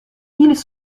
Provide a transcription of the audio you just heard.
ils